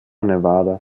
nevada